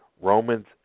Romans